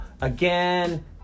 again